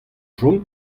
chom